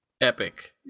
epic